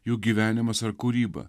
jų gyvenimas ar kūryba